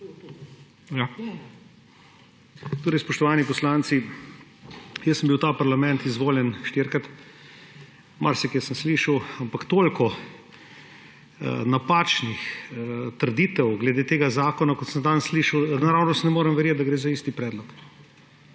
Spoštovani poslanci, jaz sem bil v ta parlament izvoljen štirikrat. Marsikaj sem slišal, ampak toliko napačnih trditev glede tega zakona, kot sem jih danes slišal, naravnost ne morem verjeti, da gre za isti predlog.